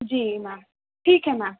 جی ma'am ٹھیک ہے میم